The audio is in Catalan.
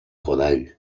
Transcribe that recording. godall